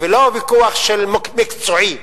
ולא ויכוח מקצועי,